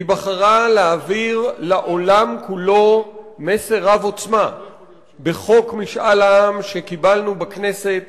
היא בחרה להעביר לעולם כולו מסר רב-עוצמה בחוק משאל העם שקיבלנו בכנסת